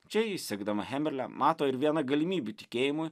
čia ji sekdama hemerle mato ir vieną galimybių tikėjimui